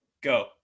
Go